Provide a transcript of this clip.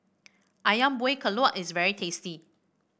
ayam Buah Keluak is very tasty